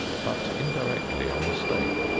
but indirectly on the state.